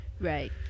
right